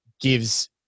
gives